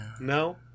No